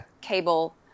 cable